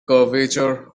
curvature